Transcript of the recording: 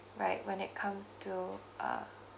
right when that comes to uh